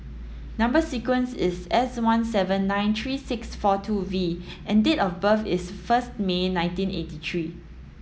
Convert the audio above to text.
number sequence is S one seven nine three six four two V and date of birth is first May nineteen eighty three